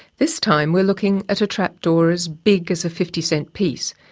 this time we're looking at a trapdoor as big as a fifty cent piece,